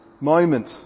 moment